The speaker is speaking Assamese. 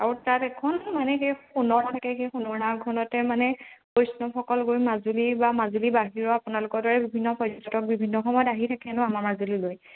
আৰু তাত এখন মানে সেই সোণৰ থাকে সেই সোণৰ নাওখনতে মানে বৈষ্ণৱসকল গৈ মাজুলী বা মাজুলী বাহিৰৰ আপোনালোকৰ দৰে বিভিন্ন পৰ্যটক বিভিন্ন সময়ত আহি থাকে ন আমাৰ মাজুলীলৈ